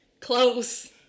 Close